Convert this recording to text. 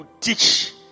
teach